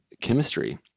chemistry